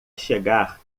chegar